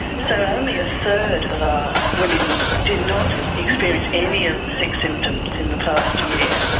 so only a third of our women did not experience any of the six symptoms in the past year.